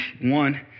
one